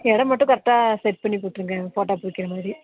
இடம் மட்டும் கரெக்டாக செட் பண்ணி போட்டுருங்க ஃபோட்டா பிடிக்கிற மாதிரி